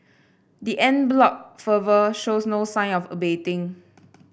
the en bloc fervour shows no sign of abating